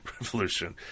revolution